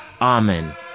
Amen